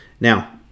now